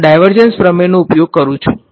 હું ડાયવર્જન્સ પ્રમેયનો ઉપયોગ કરું છું